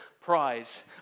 prize